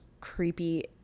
creepy